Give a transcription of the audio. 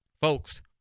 Folks